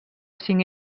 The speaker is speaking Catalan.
cinc